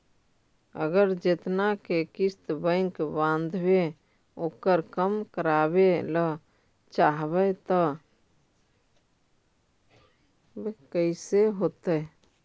अगर जेतना के किस्त बैक बाँधबे ओकर कम करावे ल चाहबै तब कैसे होतै?